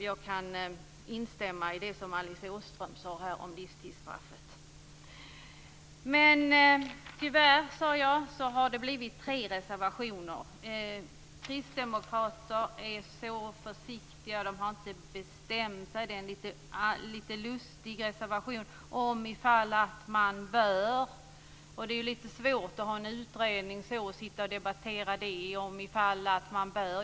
Jag kan instämma i det som Alice Åström sade här om livstidsstraffet. Tyvärr, som jag sade, har det blivit tre reservationer. Kristdemokraterna är så försiktiga. De har inte bestämt sig. Det är en lite lustig reservation, full av "om", "ifall att" och "man bör". Det är lite svårt att ha en utredning och sitta och debattera om ifall att man bör.